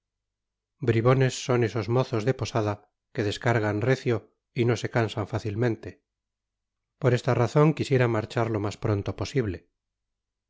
bribones son esos mozos de posada que descargan recio y no se cansan fácilmente por esta razon quisiera marchar lo mas pronto posible